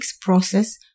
process